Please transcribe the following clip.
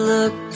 Look